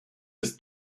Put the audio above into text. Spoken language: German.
des